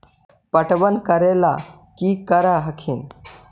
पटबन करे ला की कर हखिन?